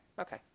okay